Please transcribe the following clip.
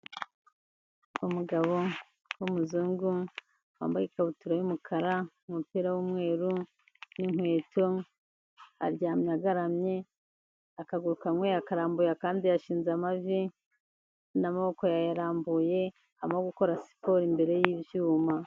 Umugabo w'umuzungu wambaye ikabutura y'umukara, umupira w'umweru n'inkweto. Aryamye agaramye akaguru kamwe yakarambuye kandi yashinze amavi, n'amaboko yayarambuye arimo gukora siporo imbere y'ibyuma.